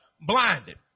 Blinded